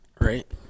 right